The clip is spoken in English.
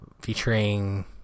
featuring